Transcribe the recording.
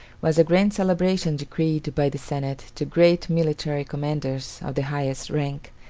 was a grand celebration decreed by the senate to great military commanders of the highest rank,